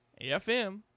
AFM